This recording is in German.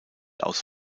aus